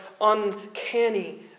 uncanny